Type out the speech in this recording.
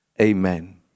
Amen